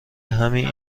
همین